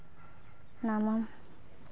ᱧᱟᱢᱟᱢ